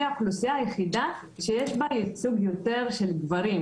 היא האוכלוסייה היחידה שיש בה יותר ייצוג של גברים,